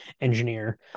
engineer